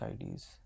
IDs